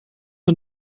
een